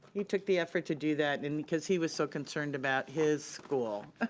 he took the effort to do that and because he was so concerned about his school,